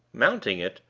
mounting it,